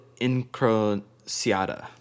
Incrociata